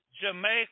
Jamaica